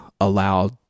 allowed